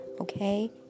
Okay